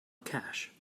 cash